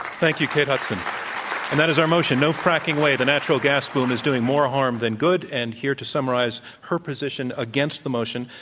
thank you, kate hudson. um and that is our motion, no fracking way the natural gas boom is doing more harm than good, and here to summarize her position against the motion,